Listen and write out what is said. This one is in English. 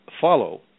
follow